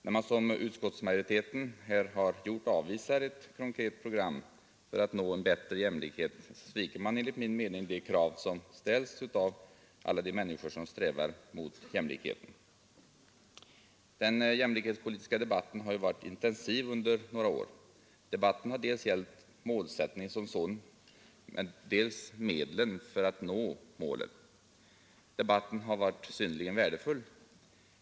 När man, som utskottsmajoriteten här har gjort, avvisar ett konkret program för att nå en bättre jämlikhet sviker man enligt min mening de krav som ställs av alla de människor som strävar mot jämlikhet. Den jämlikhetspolitiska debatten har varit intensiv under några år. Debatten har gällt dels målsättningen som sådan, dels medlen för att nå målet, och den har varit synnerligen värdefull.